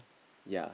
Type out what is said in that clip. ya